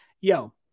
Yo